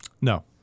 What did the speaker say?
No